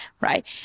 right